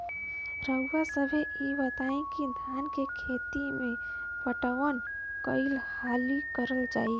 रउवा सभे इ बताईं की धान के खेती में पटवान कई हाली करल जाई?